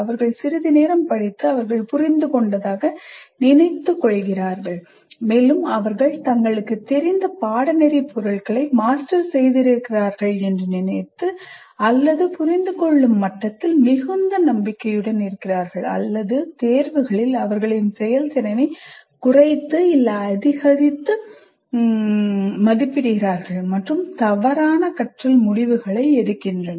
அவர்கள் சிறிது நேரம் படித்து அவர்கள் புரிந்து கொண்டதாக நினைக்கிறார்கள் மேலும் அவர்கள் தங்களுக்குத் தெரிந்த பாடநெறிப் பொருள்களை மாஸ்டர் செய்திருக்கிறார்கள் என்று நினைத்து அல்லது புரிந்துகொள்ளும் மட்டத்தில் மிகுந்த நம்பிக்கையுடன் இருக்கிறார்கள் அல்லது தேர்வுகளில் அவர்களின் செயல்திறனை குறைத்துஅதிகரித்து மதிப்பிடுகிறார்கள் மற்றும் தவறான கற்றல் முடிவுகளை எடுக்கின்றனர்